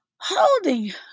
Holding